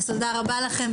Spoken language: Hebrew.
אז תודה רבה לכם,